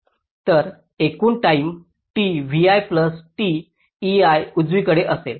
तर एकूण time t vi plus t ei उजवीकडे असेल